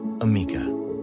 amica